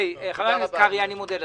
חבר הכנסת קרעי, אני מודה לך.